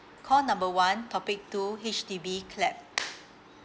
call number one topic two H_D_B clap